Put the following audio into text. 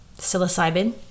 psilocybin